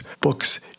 books